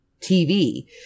TV